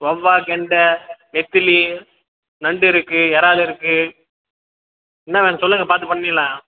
வவ்வாள் கெண்டை நெத்திலி நண்டு இருக்குது இறால் இருக்குது என்ன வேணும் சொல்லுங்கள் பார்த்து பண்ணிடலாம்